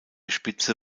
spitze